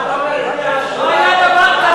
מה זה הדבר הזה?